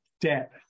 debt